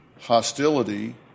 Hostility